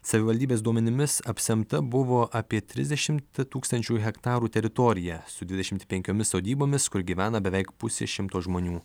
savivaldybės duomenimis apsemta buvo apie trisdešimt tūkstančių hektarų teritorija su dvidešimt penkiomis sodybomis kur gyvena beveik pusė šimto žmonių